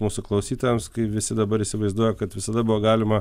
mūsų klausytojams kai visi dabar įsivaizduoja kad visada buvo galima